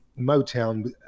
Motown